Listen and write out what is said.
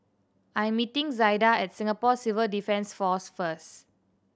I'm meeting Zaida at Singapore Civil Defence Force first